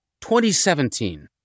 2017